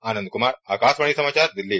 आनंद कुमार आकाशवाणी समाचार दिल्ली